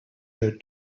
her